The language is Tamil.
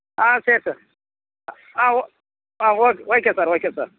ஆ சரி சார் ஆ ஓ ஆ okay okay sir okay sir